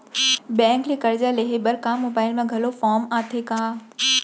Bank ले करजा लेहे बर का मोबाइल म घलो फार्म आथे का?